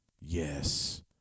Yes